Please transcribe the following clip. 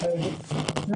נכון.